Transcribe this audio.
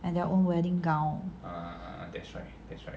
and their own wedding gown